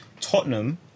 Tottenham